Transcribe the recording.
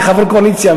כחבר קואליציה,